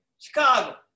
Chicago